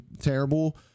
terrible